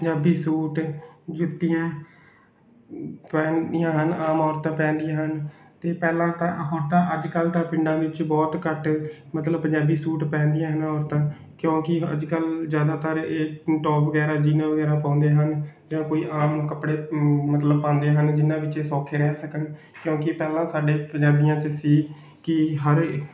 Punjabi suit ਜੁੱਤੀਆਂ ਪਹਿਨਦੀਆਂ ਹਨ ਆਮ ਔਰਤਾਂ ਪਹਿਨਦੀਆਂ ਹਨ ਅਤੇ ਪਹਿਲਾਂ ਤਾਂ ਹੁਣ ਤਾਂ ਅੱਜ ਕੱਲ੍ਹ ਤਾਂ ਪਿੰਡਾਂ ਵਿੱਚ ਬਹੁਤ ਘੱਟ ਮਤਲਬ ਪੰਜਾਬੀ ਸੂਟ ਪਹਿਨਦੀਆਂ ਹਨ ਔਰਤਾਂ ਕਿਉਂਕਿ ਅੱਜ ਕੱਲ੍ਹ ਜ਼ਿਆਦਾਤਰ ਇਹ ਟੋਪ ਵਗੈਰਾ ਜੀਨਾਂ ਵਗੈਰਾ ਪਾਉਂਦੇ ਹਨ ਜਾਂ ਕੋਈ ਆਮ ਕੱਪੜੇ ਮਤਲਬ ਪਾਂਦੇ ਹਨ ਜਿੰਨ੍ਹਾਂ ਵਿੱਚ ਇਹ ਸੋਖੇ ਰਹਿ ਸਕਣ ਕਿਉਂਕਿ ਪਹਿਲਾਂ ਸਾਡੇ ਪੰਜਾਬੀਆਂ 'ਚ ਸੀ ਕਿ ਹਰ